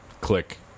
click